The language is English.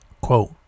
Quote